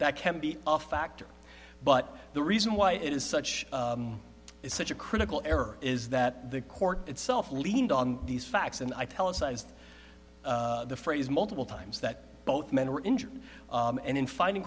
that can be a factor but the reason why it is such is such a critical error is that the court itself leaned on these facts and i tell us sized the phrase multiple times that both men were injured and in finding